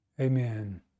Amen